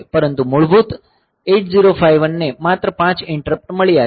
પરંતુ મૂળભૂત 8051 ને માત્ર 5 ઈંટરપ્ટ મળ્યા છે